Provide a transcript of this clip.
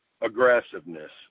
aggressiveness